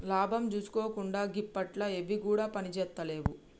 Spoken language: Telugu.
లాభం జూసుకోకుండ గిప్పట్ల ఎవ్విగుడ పనిజేత్తలేవు